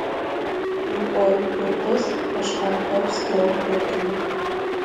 lukoil turtas kažkam taps geru pirkiniu